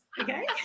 okay